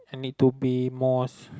I need to be more